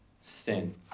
sin